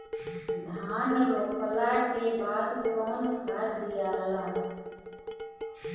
धान रोपला के बाद कौन खाद दियाला?